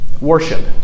Worship